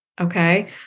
okay